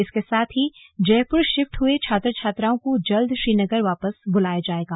इसके साथ ही जयपुर शिफ्ट हुए छात्र छात्राओं को जल्द श्रीनगर वापस बुलाया जाएगा